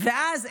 ואז,